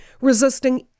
resisting